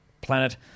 planet